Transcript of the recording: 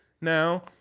now